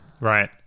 Right